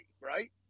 right